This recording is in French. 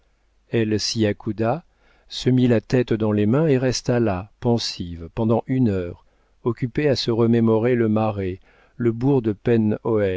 elle s'y accouda se mit la tête dans les mains et resta là pensive pendant une heure occupée à se remémorer le marais le bourg de